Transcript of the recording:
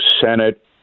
Senate